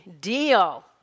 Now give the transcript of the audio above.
deal